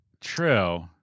True